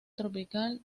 tropical